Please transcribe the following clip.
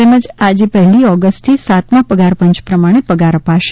તેમજ આજ પહેલી ઓગસ્ટથી સાતમા પગારપંચ પ્રમાણે પગાર અપાશે